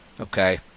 okay